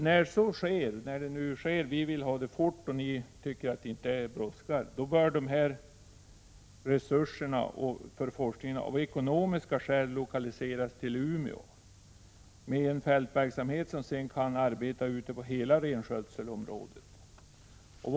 När så sker — vi vill att det skall ske fort, men ni tycker att det inte brådskar — bör forskningen av resursskäl och ekonomiska skäl lokaliseras till Umeå, med en fältverksamhet som kan arbeta ute på hela renskötselområdet.